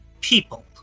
people